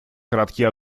краткий